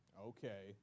Okay